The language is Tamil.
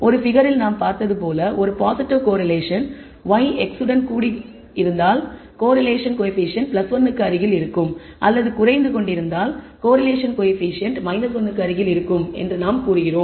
ஒரு பிகர் இல் நாம் பார்த்தது போல ஒரு பாசிட்டிவ் கோரிலேஷன் y x உடன் கூடிக் கொண்டிருந்தால் கோரிலேஷன் கோயபிசியன்ட் 1 க்கு அருகில் இருக்கும் அல்லது குறைந்து கொண்டிருந்தால் கோரிலேஷன் கோயபிசியன்ட் 1 க்கு அருகில் இருக்கும் என்று நாங்கள் கூறுகிறோம்